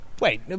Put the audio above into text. wait